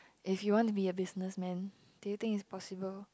if you want to be a businessman do you think is possible